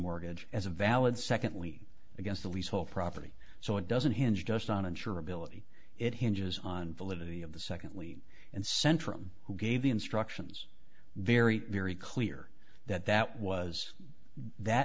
mortgage as a valid secondly against the leasehold property so it doesn't hinge just on insurability it hinges on validity of the secondly and centrum who gave the instructions very very clear that that was that